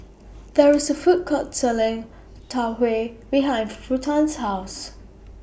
There IS A Food Court Selling Tau Huay behind Ruthann's House